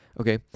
Okay